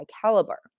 caliber